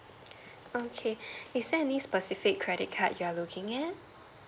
okay is there any specific credit card you are looking at